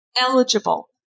eligible